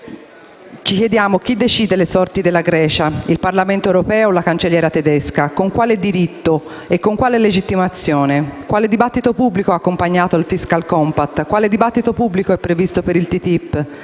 oggi, chi decide le sorti della Grecia? Il Parlamento europeo o la cancelliera tedesca? Con quale diritto, e con quale legittimazione? Quale dibattito pubblico ha accompagnato il *fiscal compact*? Quale dibattito pubblico è previsto per il TTIP?